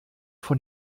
von